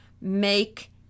make